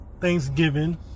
Thanksgiving